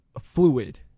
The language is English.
fluid